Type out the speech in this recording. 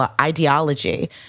ideology